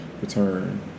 Return